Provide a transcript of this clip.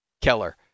Keller